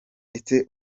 ndetse